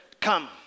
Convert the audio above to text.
come